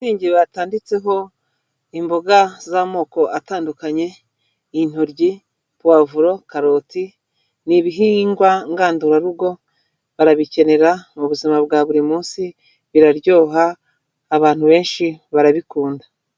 Shitingi batanditseho imboga z'amoko atandukanye intoryi, puwavuro, karoti, ni ibihingwa ngandurarugo, barabikenera mu buzima bwa buri munsi, biraryoha, abantu benshi barabikunda.